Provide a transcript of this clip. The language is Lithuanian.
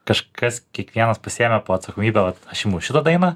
kažkas kiekvienas pasiėmė po atsakomybę vat aš imu šitą dainą